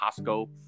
Costco